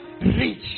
Rich